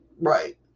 Right